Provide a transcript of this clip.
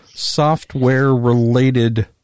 software-related